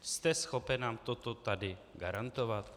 Jste schopen nám toto tady garantovat?